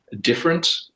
different